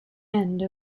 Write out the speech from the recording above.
end